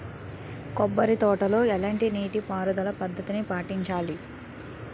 కొబ్బరి తోటలో ఎలాంటి నీటి పారుదల పద్ధతిని పాటించాలి?